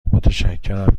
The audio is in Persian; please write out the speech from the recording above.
متشکرم